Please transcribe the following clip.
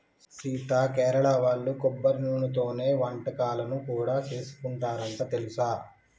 సీత కేరళ వాళ్ళు కొబ్బరి నూనెతోనే వంటకాలను కూడా సేసుకుంటారంట తెలుసా